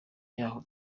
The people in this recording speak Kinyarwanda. yaho